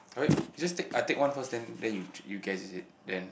okay you just take I take one first then then you j~ you guess is it then